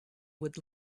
would